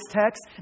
text